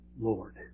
Lord